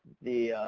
the